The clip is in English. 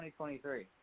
2023